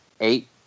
eight